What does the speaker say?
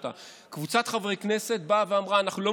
קבוצת חברי כנסת באה ואמרה: אנחנו לא